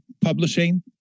publishing